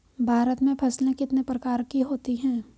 भारत में फसलें कितने प्रकार की होती हैं?